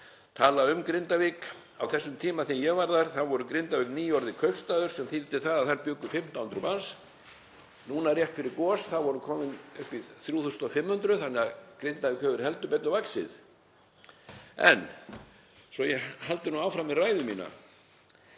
tala um Grindavík. Á þessum tíma, þegar ég var þar, var Grindavík nýorðin kaupstaður sem þýddi að þar bjuggu 1.500 manns. Núna rétt fyrir gos var talan komin upp í 3.500 þannig að Grindavík hefur heldur betur vaxið. En svo ég haldi áfram með ræðu mína: